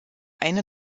eine